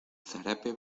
zarape